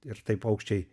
ir taip paukščiai